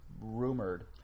rumored